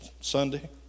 Sunday